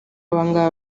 abangaba